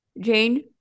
Jane